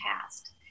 past